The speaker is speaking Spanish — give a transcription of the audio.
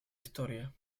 historia